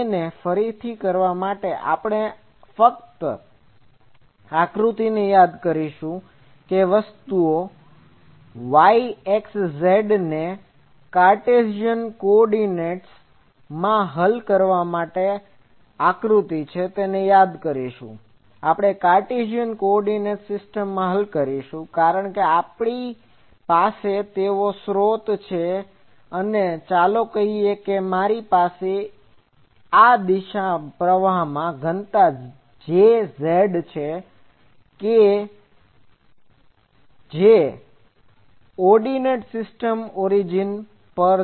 તો તેને ફરીથી કરવા માટે આપણે ફક્ત આકૃતિને યાદ કરીશું કે વસ્તુઓ y x z ને કાર્ટેશિયન કોઓર્ડિનેટCoordinates યામમાં હલ કરવા માટે આ આકૃતિ છે તેને યાદ કરશું આપણે કાર્ટેશિયન કોઓર્ડિનેટ્સ સીસ્ટમમાં હલ કરીશું કારણ કે આપડી પાસે તેવો સ્રોત છેઅને ચાલો કહીએ કે મારી પાસે આ દિશામાં પ્રવાહ ઘનતા Jz છે જે કો ઓર્ડીનેટ સિસ્ટમના ઓરીજીન પર છે